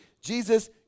Jesus